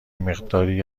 مقداری